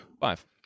Five